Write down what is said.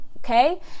Okay